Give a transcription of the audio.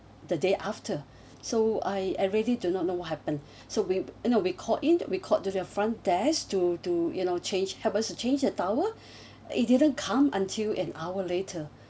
the day after so I already do not know what happened so we uh no we called in we called to your front desk to to you know change help us to change the towel it didn't come until an hour later